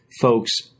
folks